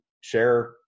share